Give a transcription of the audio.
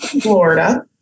Florida